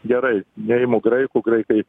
gerai neimu graikų graikai